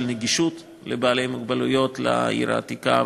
נגישות לבעלי מוגבלויות לעיר העתיקה.